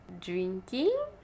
Drinking